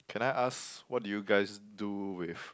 can I ask what do you guys do with